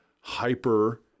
hyper